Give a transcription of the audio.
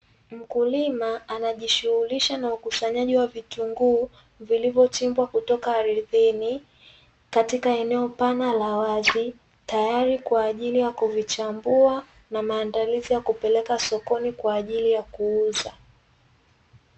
Mkulima anajishughulisha na ukusanyaji wa vitunguu vilivyochimbwa kutoka ardhini katika eneo pana la wazi, tayari kwa ajili ya kuvichambua na maandalizi ya kupeleka sokoni kwa ajili ya kuuza.